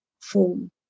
form